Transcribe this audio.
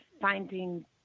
finding